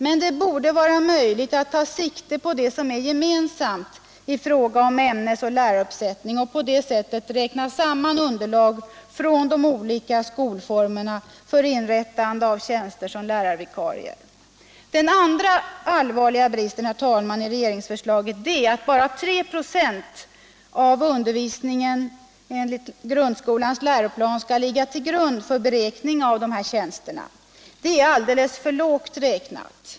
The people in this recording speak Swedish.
Men det borde vara möjligt att ta sikte på det som är gemensamt i fråga om ämnes och läraruppsättning och på det sättet räkna samman underlag från de olika skolformerna för inrättande av tjänster som lärarvikarier. Den andra allvarliga bristen i regeringsförslaget, herr talman, är att bara 3 96 av undervisningen enligt grundskolans läroplan skall ligga till grund för beräkning av dessa tjänster. Det är alldeles för lågt räknat.